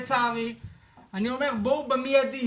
אני אומר: בואו במידי,